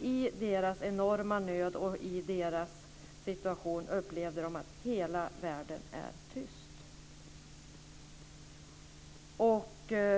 i sin enorma nöd och i sin situation så tydligt uttryckte att de upplevde att hela världen var tyst.